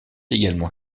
également